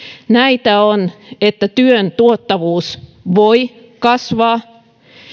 näitä ovat työn tuottavuus voi kasvaa